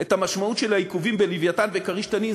את המשמעות של העיכובים ב"לווייתן" וב"כריש" "תנין",